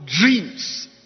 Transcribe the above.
dreams